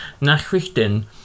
nachrichten